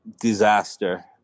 disaster